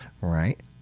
right